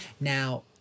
Now